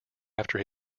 after